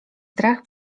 strach